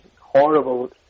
horrible